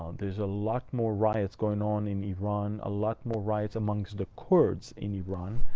there's a lot more riots going on in iran, a lot more riots among the kurds, in iran.